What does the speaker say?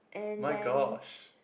my gosh